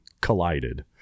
collided